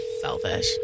Selfish